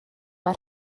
mae